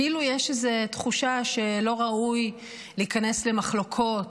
כאילו יש איזה תחושה שלא ראוי להיכנס למחלוקות,